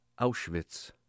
Auschwitz